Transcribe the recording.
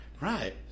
Right